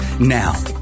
Now